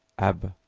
ab!